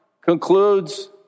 concludes